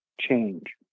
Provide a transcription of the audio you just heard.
change